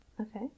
Okay